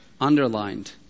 underlined